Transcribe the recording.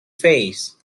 face